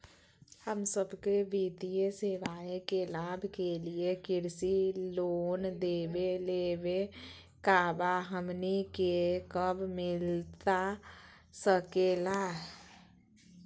हम सबके वित्तीय सेवाएं के लाभ के लिए कृषि लोन देवे लेवे का बा, हमनी के कब मिलता सके ला?